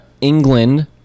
England